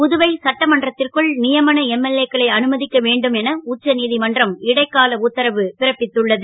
புதுவை சட்டமன்றத் ற்குள் யமன எம்எல்ஏ க்களை அனும க்க வேண்டும் என உச்ச நீ மன்றம் இடைக்கால உத்தரவு பிறப்பித்துள்ளது